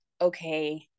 okay